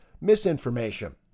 misinformation